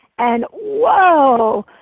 and whoa,